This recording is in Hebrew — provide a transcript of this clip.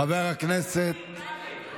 חברת הכנסת טלי גוטליב, תודה רבה.